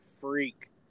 freak